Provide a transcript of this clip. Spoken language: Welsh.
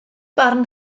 barn